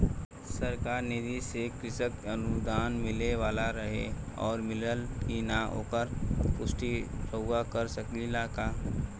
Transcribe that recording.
सरकार निधि से कृषक अनुदान मिले वाला रहे और मिलल कि ना ओकर पुष्टि रउवा कर सकी ला का?